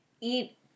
eat